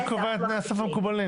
מי קובע את תנאי הסף המקובלים?